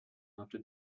after